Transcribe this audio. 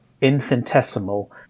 Infinitesimal